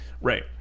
right